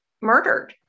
murdered